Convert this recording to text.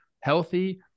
healthy